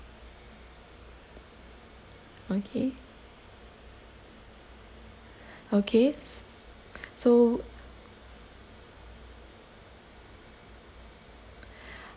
okay okay so